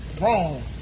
wrong